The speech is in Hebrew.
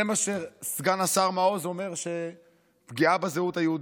זה מה שסגן השר מעוז אומר שזו פגיעה בזהות היהודית?